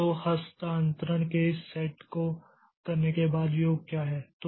तो हस्तांतरण के इस सेट को करने के बाद योग क्या है